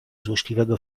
złośliwego